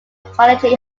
carnegie